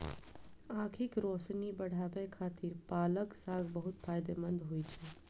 आंखिक रोशनी बढ़ाबै खातिर पालक साग बहुत फायदेमंद होइ छै